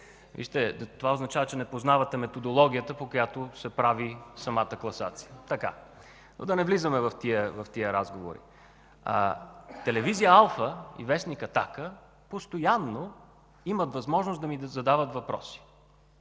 Вижте, това означава, че не познавате методологията, по която се прави самата класация. Но да не навлизаме в тези разговори. Телевизия „Алфа” и вестник „Атака” постоянно имат възможност да ми задават въпроси.